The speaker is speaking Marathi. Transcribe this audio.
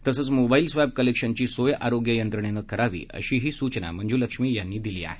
तसंच मोबाईल स्व कलेक्शनची सोय आरोग्य यंत्रणेनं करावी अशाही सूचना मंजुलक्ष्मी यांनी दिल्या आहेत